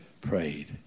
prayed